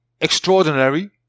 extraordinary